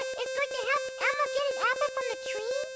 is going to help elmo get an apple from the tree?